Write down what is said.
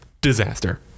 disaster